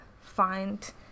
find